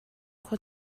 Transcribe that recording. khua